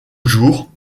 jours